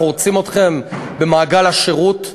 אנחנו רוצים אתכם במעגל השירות.